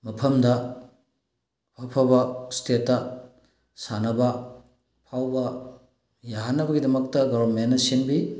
ꯃꯐꯝꯗ ꯑꯐ ꯑꯐꯕ ꯁ꯭ꯇꯦꯠꯇ ꯁꯥꯟꯅꯕ ꯑꯐꯥꯎꯕ ꯌꯥꯍꯟꯅꯕꯒꯤꯗꯃꯛꯇ ꯒꯣꯕꯔꯟꯃꯦꯟꯅ ꯁꯤꯟꯕꯤ